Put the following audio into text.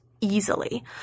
easily